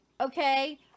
Okay